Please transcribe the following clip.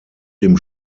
dem